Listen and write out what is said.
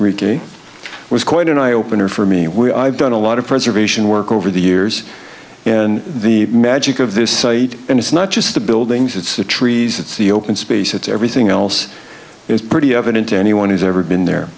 ricky was quite an eye opener for me we i've done a lot of preservation work over the years and the magic of this site and it's not just the buildings it's the trees it's the open space it's everything else is pretty evident to anyone who's ever been there